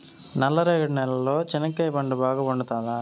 నల్ల రేగడి నేలలో చెనక్కాయ పంట బాగా పండుతుందా?